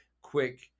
quick